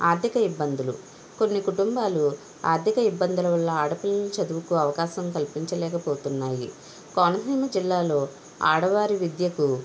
ఆర్థిక ఇబ్బందులు కొన్ని కుటుంబాలు ఆర్థిక ఇబ్బందుల వలన ఆడపిల్లలని చదువుకు అవకాశం కల్పించలేకపోతున్నాయి కోనసీమ జిల్లాలో ఆడవారి విద్యకు